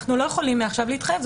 אנחנו לא יכולים מעכשיו להתחייב.